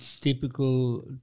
typical